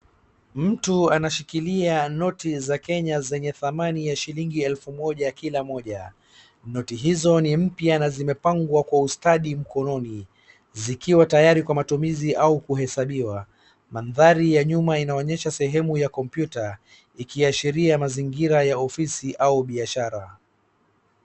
Mtu anashikilia noti za Kenya zenye thamani ya shilingi elfu moja kila mmoja. Noti hizo ni mpya na zimepangwa kwa ustadi mkononi, zikiwa tayari kwa matumizi au kuhesabiwa. Mandhari ya nyuma inaonyesha sehemu ya kompyuta, ikiashiri mazingira ya ofisi au biashara.